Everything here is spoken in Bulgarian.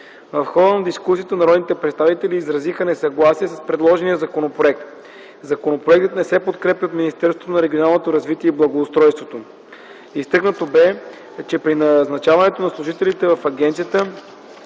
В хода на дискусията народните представители изразиха несъгласие с предложения законопроект. Законопроектът не се подкрепя и от Министерството на регионалното развитие и благоустройството. Изтъкнато бе, че при назначаването на служителите в Агенцията